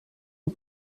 een